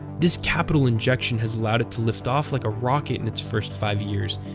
this capital injection has allowed it to lift off like a rocket in its first five years.